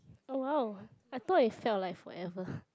oh !wow! I thought it felt like forever